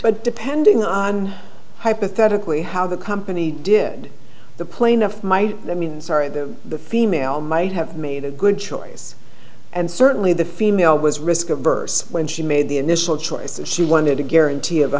current depending on hypothetically how the company did the plaintiff my means are the female might have made a good choice and certainly the female was risk averse when she made the initial choice and she wanted to guarantee of